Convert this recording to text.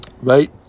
Right